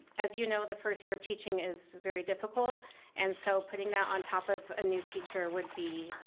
as you know, the first year of teaching is very difficult and so putting that on top of a new teacher would be,